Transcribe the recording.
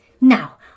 Now